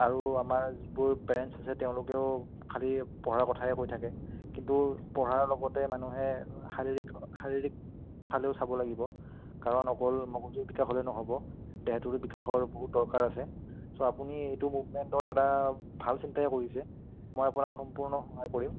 আৰু আমাৰ যিবোৰ পেৰেণ্টছ আছে তেওঁলোকেও খালি পঢ়াৰ কথাই কৈ থাকে কিন্তু পঢ়াৰ লগতে মানুহে শাৰীৰিক শাৰীৰিকফালেও চাব লাগিব কাৰণ অকল মগজুৰ বিকাশ হ'লেই নহ'ব দেহটোৰো বিকাশৰ বহুত দৰকাৰ আছে চ' আপুনি এইটো মুভমেণ্টৰ দাদা ভাল চিন্তাই কৰিছে মই আপোনাক সম্পূৰ্ণ সহায় কৰিম